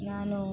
ನಾನು